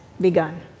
begun